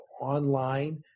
online